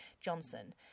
Johnson